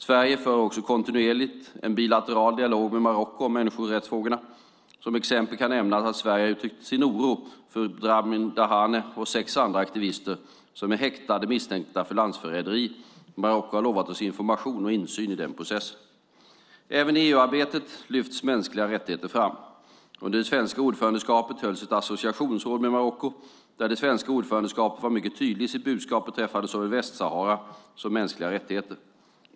Sverige för också kontinuerligt en bilateral dialog med Marocko om människorättsfrågorna. Som exempel kan nämnas att Sverige har uttryckt sin oro för Brahim Dahane och sex andra aktivister, som är häktade misstänkta för landsförräderi. Marocko har lovat oss information och insyn i den processen. Även i EU-arbetet lyfts mänskliga rättigheter fram. Under det svenska ordförandeskapet hölls ett associationsråd med Marocko, där det svenska ordförandeskapet var mycket tydligt i sitt budskap beträffande såväl Västsahara som mänskliga rättigheter.